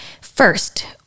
First